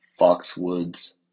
Foxwoods